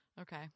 Okay